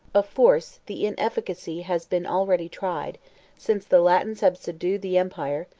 of force, the inefficacy has been already tried since the latins have subdued the empire,